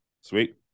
Sweet